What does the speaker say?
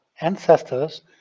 ancestors